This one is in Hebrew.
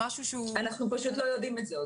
אנחנו פשוט עוד לא יודעים את זה.